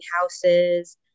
houses